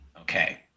Okay